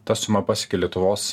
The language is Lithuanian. ta suma pasiekė lietuvos